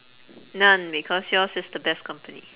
none because yours is the best company